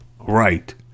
right